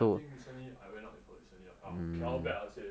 I think recently I went out with her yesterday K not bad lah I say